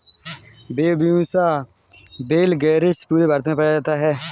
Bambusa वैलगेरिस पूरे भारत में पाया जाता है